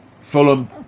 Fulham